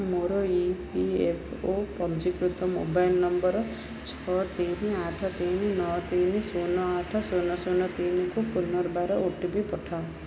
ମୋର E P F O ପଞ୍ଜୀକୃତ mobile number ଛଅ ତିନି ଆଠ ତିନି ନଅ ତିନି ଶୂନ ଆଠ ଶୂନ ଶୂନ ତିନିକୁ ପୁନର୍ବାର ଓ ଟି ପି ପଠାଅ